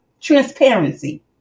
transparency